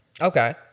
Okay